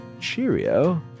cheerio